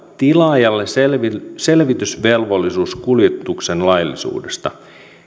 tilaajalle selvitysvelvollisuus kuljetuksen laillisuudesta